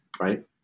right